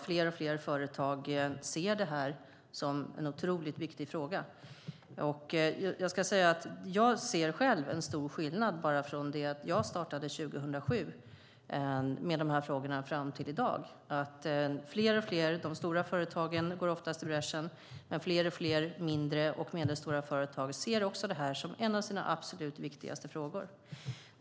Fler och fler företag ser detta som viktigt. Jag ser själv en stor skillnad sedan jag startade med de här frågorna 2007 fram till i dag. De stora företagen går ofta i bräschen, men fler och fler mindre och medelstora företag ser också det här som en av sina absolut viktigaste frågor.